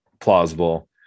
plausible